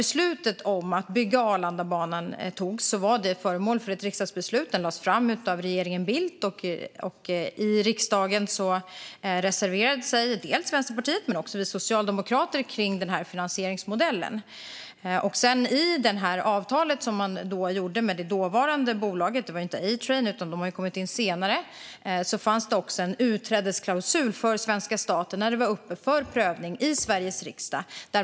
Beslutet att bygga Arlandabanan fattades i riksdagen, och förslaget lades fram av regeringen Bildt. I riksdagen reserverade sig dels Vänsterpartiet, dels vi socialdemokrater kring finansieringsmodellen. I avtalet med det dåvarande bolaget - det var inte A-Train, utan de har kommit in senare - fanns en utträdesklausul för svenska staten med när det kom upp för prövning i Sveriges riksdag.